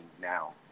now